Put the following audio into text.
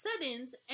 settings